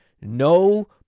no